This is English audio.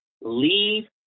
leave